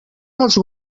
dels